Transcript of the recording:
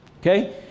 Okay